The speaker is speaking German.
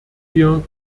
wir